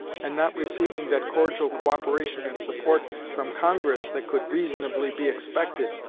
and not receiving that cordial co-operation and support from congress that could reasonably be expected,